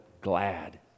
glad